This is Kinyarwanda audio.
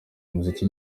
muziki